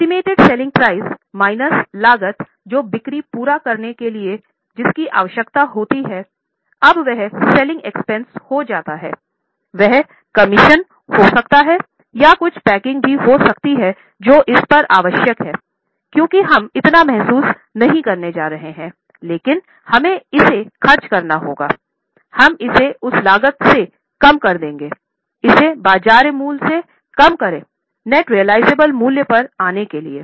तो अनुमानित विक्रय मूल्य मूल्य पर आने के लिए